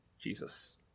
Jesus